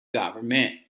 government